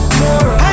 more